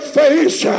face